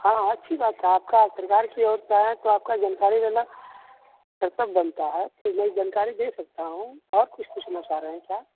हाँ हाँ अच्छी बात है आपका सरकार की ओर से आए हैं तो आपका जानकारी लेना करतव्य बनता है तो मैं जानकारी दे सकता हूँ और कुछ पूछना चाह रहे हैं क्या